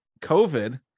covid